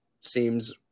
seems